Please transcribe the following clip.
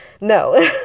No